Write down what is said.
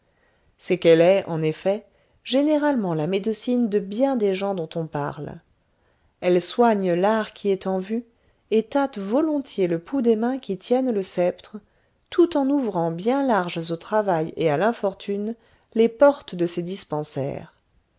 c'est qu'elle est en effet généralement la médecine de bien des gens dont on parle elle soigne l'art qui est en vue et tâte volontiers le pouls des mains qui tiennent le sceptre tout en ouvrant bien larges au travail et à l'infortune les portes de ses dispensaires